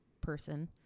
person